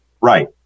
Right